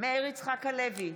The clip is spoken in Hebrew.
מאיר יצחק הלוי,